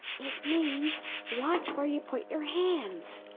it means watch where you put your hands!